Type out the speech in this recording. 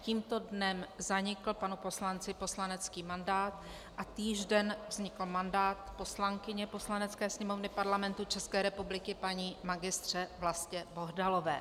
Tímto dnem zanikl panu poslanci poslanecký mandát a týž den vznikl mandát poslankyně Poslanecké sněmovny Parlamentu České republiky paní magistře Vlastě Bohdalové.